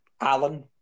Alan